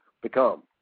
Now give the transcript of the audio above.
become